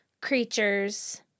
creatures